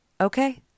Okay